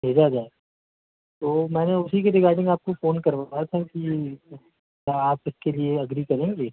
भेजा जाए तो मैंने उसी के रिगार्डिंग आपको फोन करवाया था कि आप उसके लिए एग्री करेंगे